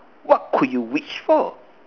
what could you wish for